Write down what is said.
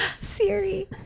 Siri